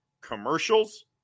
commercials